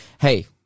Hey